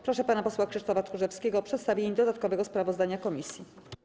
Proszę pana posła Krzysztofa Tchórzewskiego o przedstawienie dodatkowego sprawozdania komisji.